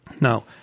Now